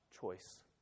choice